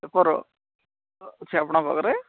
paper ଅଛି ଆପଣଙ୍କ ପାଖରେ